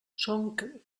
són